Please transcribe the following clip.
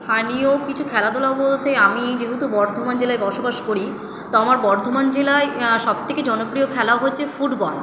স্থানীয় কিছু খেলাধূলা বলতে আমি যেহেতু বর্ধমান জেলায় বসবাস করি তো আমার বর্ধমান জেলায় সবথেকে জনপ্রিয় খেলা হচ্ছে ফুটবল